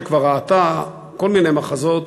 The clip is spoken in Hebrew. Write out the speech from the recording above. שכבר ראתה כל מיני מחזות,